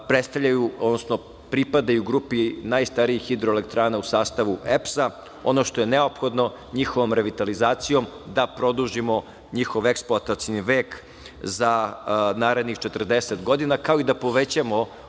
predstavljaju najstarije hidroelektrane u sastavu EPS-a. Ono što je neophodno, njihovom revitalizacijom, je da produžimo njihov eksploatacioni vek za narednih 40 godina, kao i da povećamo